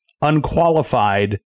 unqualified